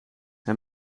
hij